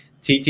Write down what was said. TT